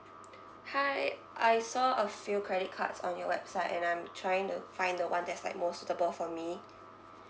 hi I saw a few credit cards on your website and I'm trying to find the one that's like more suitable for me